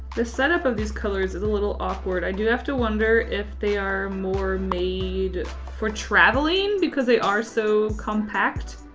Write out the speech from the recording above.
the setup of these colors is a little awkward. i do have to wonder if they are more made for traveling because they are so compact.